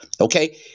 okay